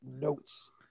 notes